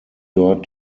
dort